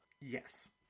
Yes